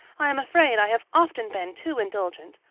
i am afraid i have often been too indulgent,